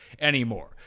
anymore